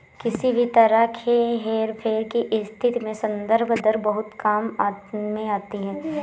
किसी भी तरह के हेरफेर की स्थिति में संदर्भ दर बहुत काम में आती है